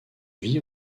vie